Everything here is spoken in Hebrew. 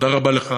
תודה רבה לך